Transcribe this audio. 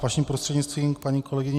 Vaším prostřednictvím k paní kolegyni